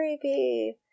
creepy